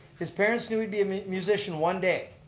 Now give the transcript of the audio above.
his parents knew he'd be a musician one day.